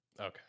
okay